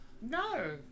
No